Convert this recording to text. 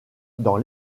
dans